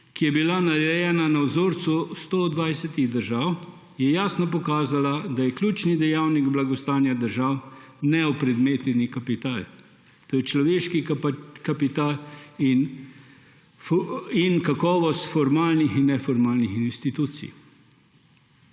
ki je bila narejena na vzorcu 120 držav, je jasno pokazala, da je ključni dejavnik blagostanja držav neopredmeteni kapital. To je človeški kapital in kakovost formalnih in neformalnih institucij.